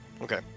Okay